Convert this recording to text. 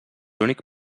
únic